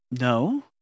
No